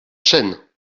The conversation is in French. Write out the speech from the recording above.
chêne